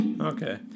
Okay